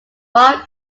fire